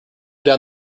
down